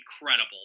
incredible